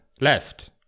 left